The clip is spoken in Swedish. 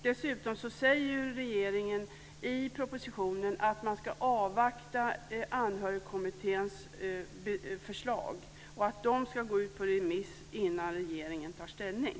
Dessutom säger regeringen i propositionen att man ska avvakta Anhörigkommitténs förslag och att dessa ska gå ut på remiss innan regeringen tar ställning.